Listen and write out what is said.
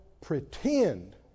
pretend